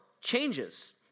changes